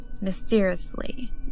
mysteriously